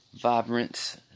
Vibrance